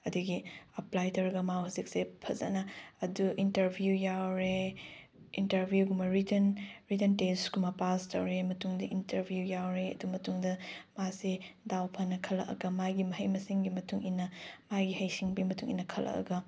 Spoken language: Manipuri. ꯑꯗꯒꯤ ꯑꯦꯄ꯭ꯂꯥꯏ ꯇꯧꯔꯒ ꯃꯥ ꯍꯧꯖꯤꯛꯁꯦ ꯐꯖꯅ ꯑꯗꯨ ꯏꯟꯇꯔꯚ꯭ꯌꯨ ꯌꯥꯎꯔꯦ ꯏꯟꯇꯔꯚ꯭ꯌꯨꯒꯨꯝꯕ ꯔꯤꯇꯟ ꯔꯤꯇꯟ ꯇꯦꯁꯀꯨꯝꯕ ꯄꯥꯁ ꯇꯧꯔ ꯃꯇꯨꯡꯗ ꯏꯟꯇꯔꯚ꯭ꯌꯨ ꯌꯥꯎꯔꯦ ꯑꯗꯨ ꯃꯇꯨꯡꯗ ꯃꯥꯁꯦ ꯗꯥꯎ ꯐꯅ ꯈꯜꯂꯛꯑꯒ ꯃꯥꯒꯤ ꯃꯍꯩ ꯃꯁꯤꯡꯒꯤ ꯃꯇꯨꯡ ꯏꯟꯅ ꯃꯥꯏ ꯍꯩꯁꯤꯡꯕꯤ ꯃꯇꯨꯡ ꯏꯟꯅ ꯈꯜꯂꯛꯑꯒ